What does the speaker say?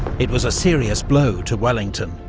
it was a serious blow to wellington,